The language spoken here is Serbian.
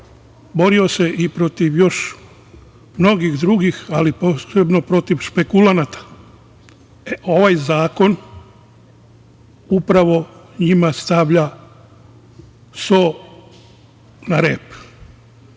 borio se i protiv još mnogih drugih, ali posebno protiv špekulanata. Ovaj zakon upravo njima stavlja so na rep.